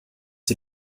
sie